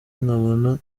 nkabona